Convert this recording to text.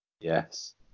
Yes